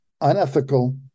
unethical